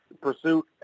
pursuit